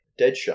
Deadshot